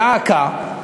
דא עקא,